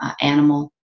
animal